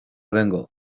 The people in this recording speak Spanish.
vengo